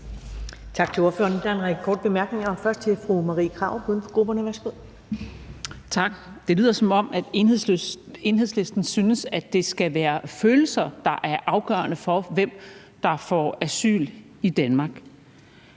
Tak. Det lyder, som om Enhedslisten synes, at det skal være følelser, der er afgørende for, hvem der får asyl i Danmark.